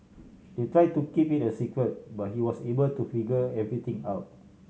they tried to keep it a secret but he was able to figure everything out